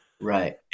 Right